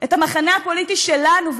את המחנה הפוליטי שלנו,